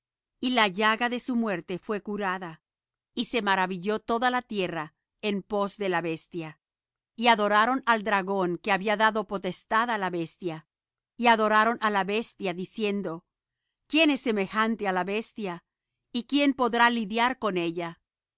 y la llaga de su muerte fué curada y se maravilló toda la tierra en pos de la bestia y adoraron al dragón que había dado la potestad á la bestia y adoraron á la bestia diciendo quién es semejante á la bestia y quién podrá lidiar con ella